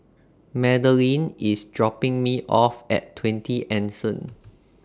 Madelene IS dropping Me off At twenty Anson